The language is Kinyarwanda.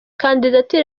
kandidatire